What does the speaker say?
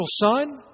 son